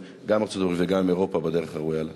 גם עם ארצות-הברית וגם עם אירופה בדרך הראויה לה.